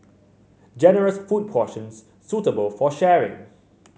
generous food portions suitable for sharing